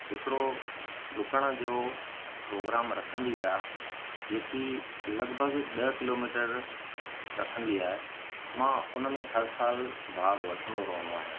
हिकिड़ो डुकण जो प्रोग्राम रखंदी आहे जेकी लॻिभॻि ॾह किलोमीटर रखंदी आहे मां उन में हर सालु भाॻु वठंदो रहंदो आहियां